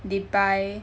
they buy